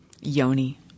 Yoni